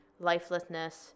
lifelessness